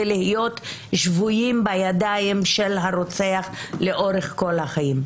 ולהיות שבויים בידיים של הרוצח לאורך כל החיים.